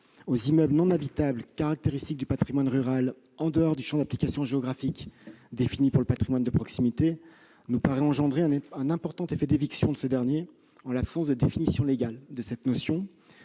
aux immeubles non habitables caractéristiques du patrimoine rural en dehors du champ d'application géographique défini pour le patrimoine de proximité est susceptible d'engendrer un important effet d'éviction pour ce dernier, en l'absence de définition légale de cette notion.